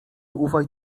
ufaj